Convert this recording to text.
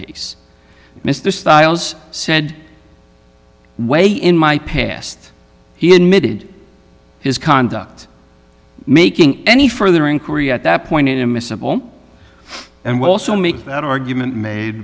case mr stiles said way in my past he admitted his conduct making any further inquiry at that point in a simple and we'll also make that argument made